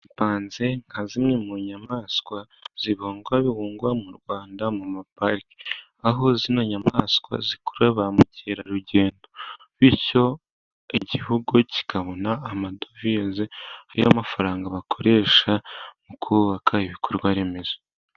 Shimpanze nka zimwe mu nyamaswa zibungwabungwa mu Rwanda mu mapariki. Aho izo nyamaswa zikuru ba mukerarugendo, bityo igihugu kikabona amadovize, y'amafaranga bakoresha mu kubaka ibikorwaremezo.